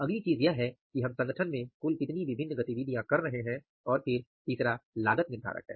अगली चीज़ यह है कि हम संगठन में कुल कितनी विभिन्न गतिविधियाँ कर रहे हैं और फिर तीसरा लागत निर्धारक हैं